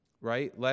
right